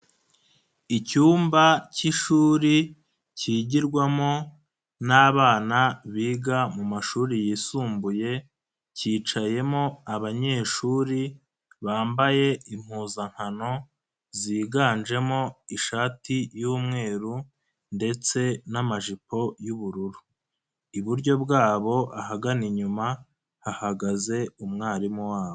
Icyumba cy'ishuri kigirwamo n'abana biga mumashuri yisumbuye, cyicayemo abanyeshuri bambaye impuzankano ziganjemo ishati y'umweru ndetse n'amajipo y'ubururu. Iburyo bwabo ahagana inyuma, hahagaze umwarimu wabo.